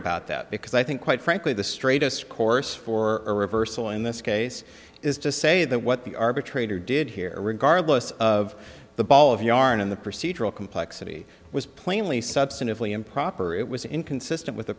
about that because i think quite frankly the straightest course for a reversal in this case is to say that what the arbitrator did here regardless of the ball of yarn in the procedural complexity was plainly substantively improper it was inconsistent with the